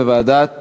לוועדת